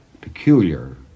peculiar